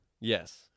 Yes